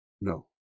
No